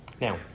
Now